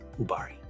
Ubari